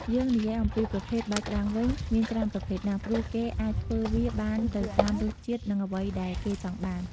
យើងនិយាយអំពីប្រភេទ បាយក្ដាំងវិញ មានច្រើនប្រភេទណាស់ ព្រោះគេអាចធ្វើវាបានទៅតាមរសជាតិនិងអ្វីដែលគេចង់បាន ។